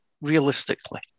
realistically